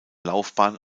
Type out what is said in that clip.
laufbahn